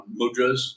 mudras